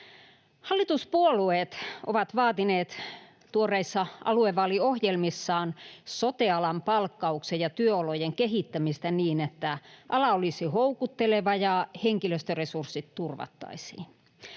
Hallituspuolueet ovat vaatineet tuoreissa aluevaaliohjelmissaan sote-alan palkkauksen ja työolojen kehittämistä niin, että ala olisi houkutteleva ja henkilöstöresurssit turvattaisiin.